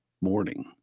morning